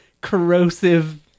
corrosive